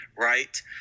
right